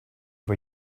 for